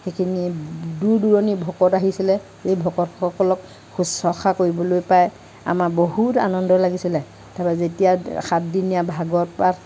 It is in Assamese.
সেই দূৰ দূৰণিৰ ভকত আহিছিলে এই ভকতসকলক শুশ্ৰূষা কৰিবলৈ পাই আমাৰ বহুত আনন্দ লাগিছিলে তাৰ পৰা যেতিয়া সাতদিনীয়া ভাগৱত পাঠ